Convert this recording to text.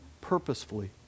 purposefully